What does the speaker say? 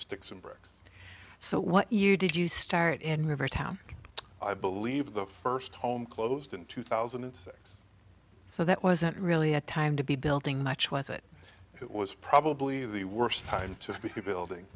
sticks and bricks so what you did you start in every town i believe the first home closed in two thousand and six so that wasn't really a time to be building much was it it was probably the worst time to be building